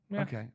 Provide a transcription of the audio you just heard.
Okay